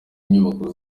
inyubako